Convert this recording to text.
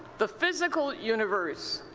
the physical universe,